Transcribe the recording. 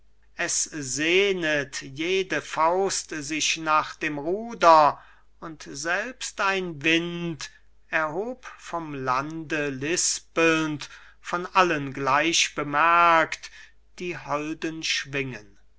es sehnet jede faust sich nach dem ruder und selbst ein wind erhob vom lande lispelnd von allen gleich bemerkt die holden schwingen